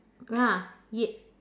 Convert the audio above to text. ah ye~